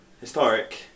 historic